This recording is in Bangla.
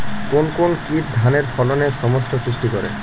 কোন কোন কীট ধানের ফলনে সমস্যা সৃষ্টি করে?